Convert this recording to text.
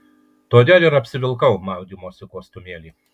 todėl ir apsivilkau maudymosi kostiumėlį